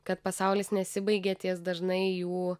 kad pasaulis nesibaigia ties dažnai jų